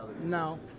No